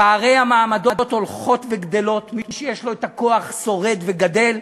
פערי המעמדות הולכים וגדלים: מי שיש לו את הכוח שורד וגדל,